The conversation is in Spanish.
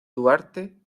duarte